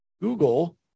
Google